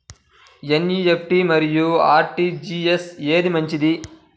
NEFT మరియు RTGS ఏది మంచిది?